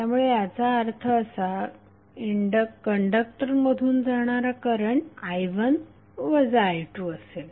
त्यामुळे याचा अर्थ असा कंडक्टर मधून जाणारा करंट i1 वजा i2 असेल